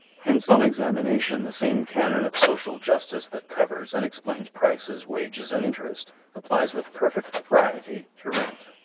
hence on examination the same canon of social justice that covers and explains prices, wages, and interest applies with perfect propriety to rent.